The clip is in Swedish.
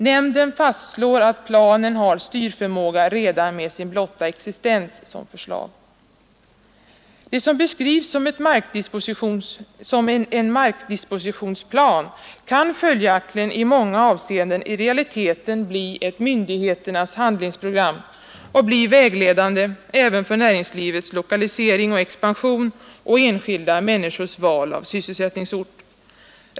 Nämnden fastslår att planen har styrförmåga redan med sin blotta existens som förslag. Det som beskrivs som en markdispositionsplan kan följaktligen i många avseenden i realiteten bli ett myndigheternas handlingsprogram, Nr 60 bli vägledande även för näringslivets lokalisering och expansion samt för Onsdagen den enskilda människors val av sysselsättningsort.